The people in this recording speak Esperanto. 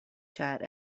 ĉar